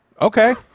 Okay